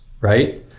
right